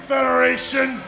Federation